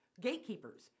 gatekeepers